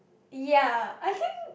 ya I think